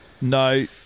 No